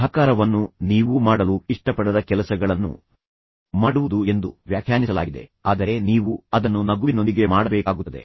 ಸಹಕಾರವನ್ನು ನೀವು ಮಾಡಲು ಇಷ್ಟಪಡದ ಕೆಲಸಗಳನ್ನು ಮಾಡುವುದು ಎಂದು ವ್ಯಾಖ್ಯಾನಿಸಲಾಗಿದೆ ಆದರೆ ನೀವು ಅದನ್ನು ನಗುವಿನೊಂದಿಗೆ ಮಾಡಬೇಕಾಗುತ್ತದೆ